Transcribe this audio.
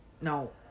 no